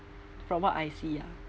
from what I see ah